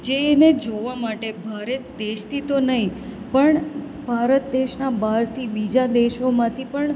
જેને જોવા માટે ભારત દેશથી તો નહીં પણ ભારત દેશના બહારથી બીજા દેશોમાંથી પણ